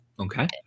Okay